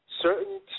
Certain